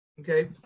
Okay